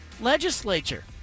legislature